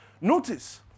Notice